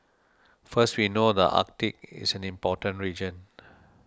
first we know the Arctic is an important region